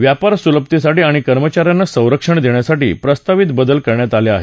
व्यापार सुलभतेसाठी आणि कर्मचाऱ्यांना संरक्षण देण्यासाठी प्रस्तावित बदल करण्यात आले आहेत